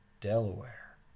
Delaware